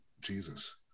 Jesus